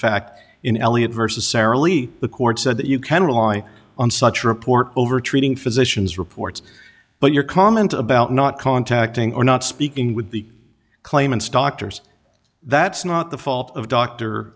fact in elliot versus airily the court said that you can rely on such a report over treating physicians reports but your comment about not contacting or not speaking with the claimants doctors that's not the fault of d